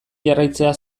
jarraitzea